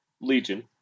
Legion